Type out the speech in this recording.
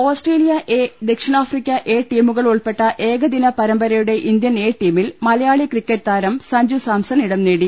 Australia A ദക്ഷിണാഫ്രിക്ക A ടീമുകൾ ഉൾപ്പെട്ട ഏക ദിന പരമ്പരയുടെ ഇന്ത്യൻ എ ടീമിൽ മലയാളി ക്രിക്കറ്റ് താരം സഞ്ജു സാംസൺ ഇടം നേടി